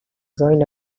join